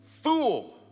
fool